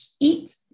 eat